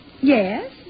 Yes